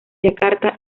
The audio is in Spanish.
yakarta